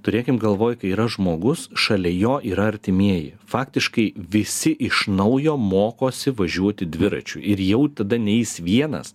turėkim galvoj kai yra žmogus šalia jo yra artimieji faktiškai visi iš naujo mokosi važiuoti dviračiu ir jau tada ne jis vienas